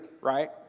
right